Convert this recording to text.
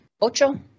Ocho